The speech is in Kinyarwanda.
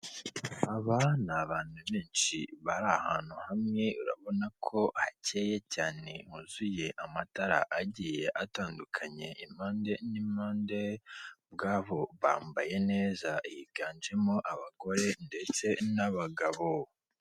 Aba ni abantu benshi bari ahantu hamwe urabona ko hakeye cyane huzuye amatara agiye atandukanye, impande n'impande ubwabo bambaye neza higanjemo abagore ndetse n'abagabo.